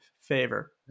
favor